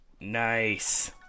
Nice